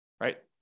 right